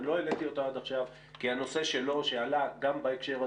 לא העליתי אותו עד עכשיו כי הנושא שלו שעלה גם בהקשר הזה,